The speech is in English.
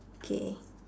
K